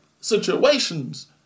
situations